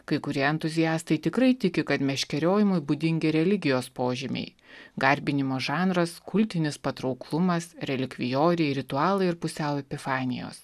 kai kurie entuziastai tikrai tiki kad meškeriojimui būdingi religijos požymiai garbinimo žanras kultinis patrauklumas relikvijoriai ritualai ir pusiau epifanijos